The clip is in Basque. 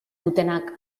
dutenak